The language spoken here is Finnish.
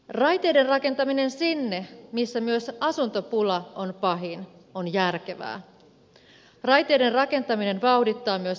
raiteiden rakentaminen sinne missä myös asuntopula on pahin on järkevää raiteiden rakentaminen vauhdittaa myös asuntorakentamista